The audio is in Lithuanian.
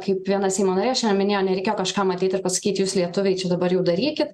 kaip viena seimo narė šiandien minėjo nereikėjo kažkam ateit ir pasakyt jūs lietuviai čia dabar jau darykit